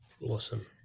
Awesome